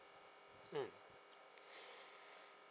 mm